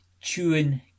chewing